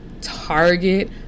target